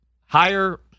higher